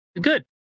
good